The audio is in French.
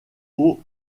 aux